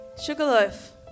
Sugarloaf